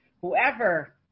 Whoever